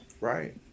Right